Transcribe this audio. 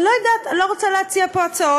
אני לא יודעת, אני לא רוצה להציע פה הצעות,